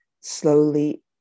slowly